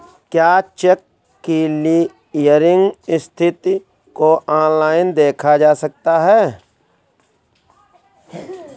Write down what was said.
क्या cheque clearing स्थिति को ऑनलाइन देखा जा सकता है?